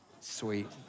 Sweet